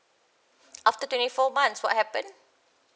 after twenty four months what happen